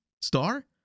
star